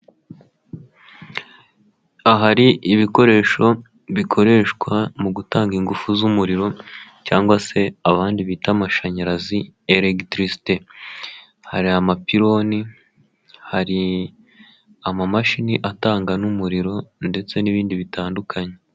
Ahari ibikoresho bikoreshwa mu gutanga ingufu z'umuriro, cyangwa se abandi bita amashanyarazi elekitirisite, hari amapironi hari, amamashini atanga umuriro ndetse n'ibindi bitandukanye.